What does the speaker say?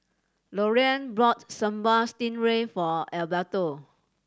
Lorene bought Sambal Stingray for Alberto